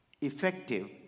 Effective